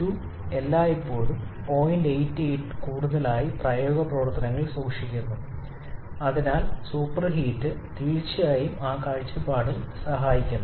88 പ്രായോഗിക പ്രവർത്തനത്തിൽ എല്ലായ്പ്പോഴും സൂക്ഷിക്കാൻ ആഗ്രഹിക്കുന്നു അതിനാൽ സൂപ്പർഹീറ്റ് തീർച്ചയായും ആ കാഴ്ചപ്പാടിൽ സഹായിക്കുന്നു